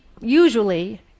usually